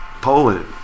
Poland